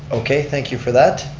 okay, thank you for that.